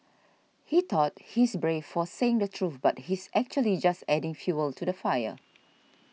he thought he's brave for saying the truth but he's actually just adding fuel to the fire